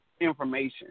information